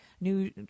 new